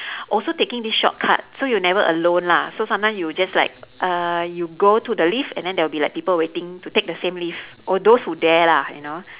also taking this shortcut so you're never alone lah so sometimes you will just like uh you go to the lift and then there will be like people waiting to take the same lift or those who dare lah you know